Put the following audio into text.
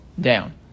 down